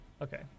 Okay